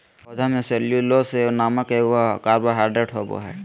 पौधा में सेल्यूलोस नामक एगो कार्बोहाइड्रेट होबो हइ